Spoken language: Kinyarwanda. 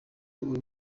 uyu